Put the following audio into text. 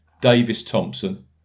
Davis-Thompson